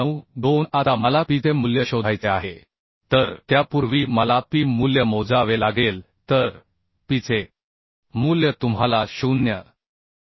2692 आता मला piचे मूल्य शोधायचे आहे तर त्यापूर्वी मला pi मूल्य मोजावे लागेल तर piचे मूल्य तुम्हाला 0 माहित असेल